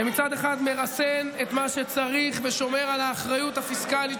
שמצד אחד מרסן את מה שצריך ושומר על האחריות הפיסקלית